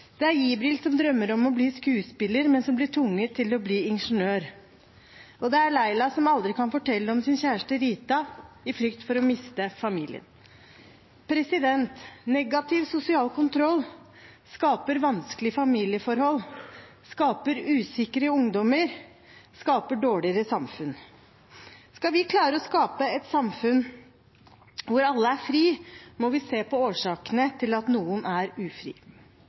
Det er Jibril, som drømmer om å bli skuespiller, men som blir tvunget til å bli ingeniør. Og det er Leyla, som aldri kan fortelle om sin kjæreste, Rita, i frykt for å miste familien. Negativ sosial kontroll skaper vanskelige familieforhold, skaper usikre ungdommer, skaper dårligere samfunn. Skal vi klare å skape et samfunn hvor alle er frie, må vi se på årsakene til at noen er